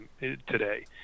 today